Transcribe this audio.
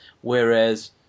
whereas